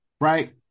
right